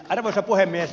arvoisa puhemies